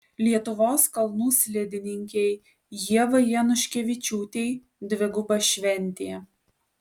lietuvos kalnų slidininkei ievai januškevičiūtei dviguba šventė